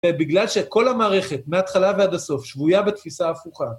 ובגלל שכל המערכת, מהתחלה ועד הסוף, שבויה בתפיסה הפוכה.